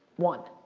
one,